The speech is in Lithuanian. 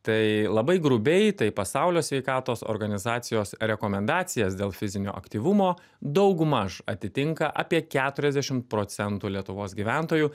tai labai grubiai tai pasaulio sveikatos organizacijos rekomendacijas dėl fizinio aktyvumo daugumaž atitinka apie keturiasdešimt procentų lietuvos gyventojų